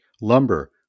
Lumber